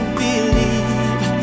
believe